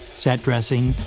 set dressing.